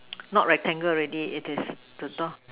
not rectangle already it is don't know